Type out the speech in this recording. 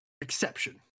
exception